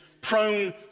prone